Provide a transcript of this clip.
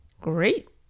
Great